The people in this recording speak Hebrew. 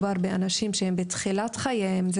אנשים שהם בתחילת חייהם,